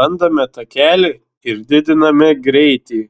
randame takelį ir didiname greitį